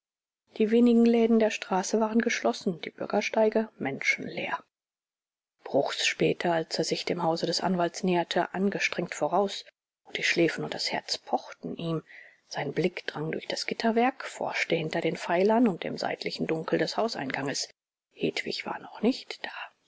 die wenigen läden der straße waren geschlossen die bürgersteige menschenleer bruchs spähte als er sich dem hause des anwalts näherte angestrengt voraus und die schläfen und das herz pochten ihm sein blick drang durch das gitterwerk forschte hinter den pfeilern und im seitlichen dunkel des hauseinganges hedwig war noch nicht da